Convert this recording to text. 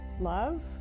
love